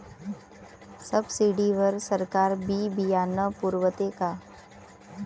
Subsidy वर सरकार बी बियानं पुरवते का?